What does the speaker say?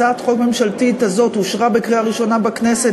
הצעת החוק הממשלתית הזאת אושרה בקריאה ראשונה בכנסת